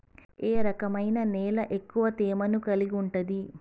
ఏ రకమైన నేల ఎక్కువ తేమను కలిగుంటది?